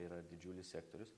tai yra didžiulis sektorius